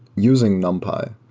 using numpy.